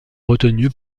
retenu